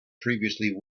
previously